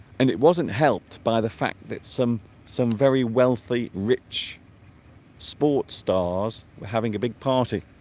and it wasn't helped by the fact that some some very wealthy rich sports stars we're having a big party